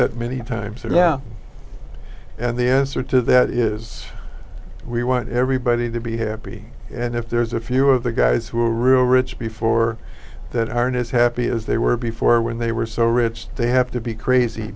that many times and now and the answer to that is we want everybody to be happy and if there's a few of the guys who rule rich before that aren't as happy as they were before when they were so rich they have to be crazy